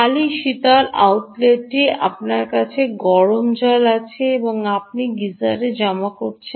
খালি শীতল আউটলেটটি আপনার কাছে গরম জল আছে আপনি গিজারে জমা করেছেন